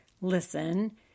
listen